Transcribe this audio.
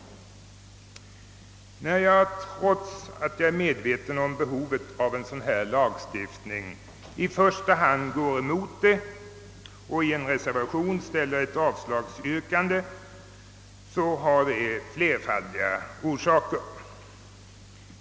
Att jag, trots att jag är medveten om behovet av en sådan här lagstiftning, går emot detta förslag och i en reservation framställer ett avslagsyrkande har flera orsaker.